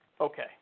Okay